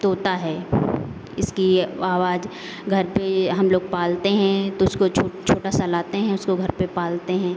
तोता है इसकी आवाज घर पे ये हम लोग पालते हैं तो उसको छोटा सा लाते हैं उसको घर पे पालते हैं